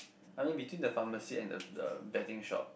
I mean between the pharmacy and the the betting shop